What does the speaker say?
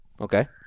Okay